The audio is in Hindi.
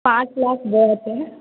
पाँच लाख बहुत है